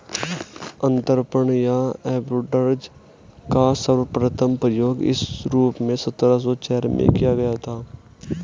अंतरपणन या आर्बिट्राज का सर्वप्रथम प्रयोग इस रूप में सत्रह सौ चार में किया गया था